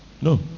no